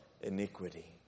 iniquity